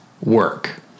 work